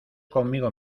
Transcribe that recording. conmigo